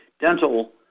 dental